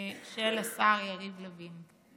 של השר יריב לוין.